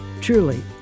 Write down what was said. Truly